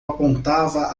apontava